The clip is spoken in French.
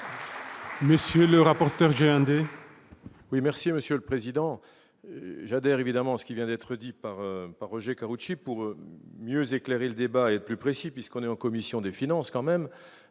Monsieur le rapporteur,